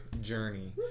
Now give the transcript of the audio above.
journey